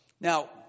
Now